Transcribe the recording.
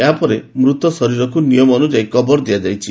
ଏହା ପରେ ମୃତ ଶରୀରକୁ ନିୟମ ଅନୁଯାୟୀ କବର ଦିଆଯାଇଛି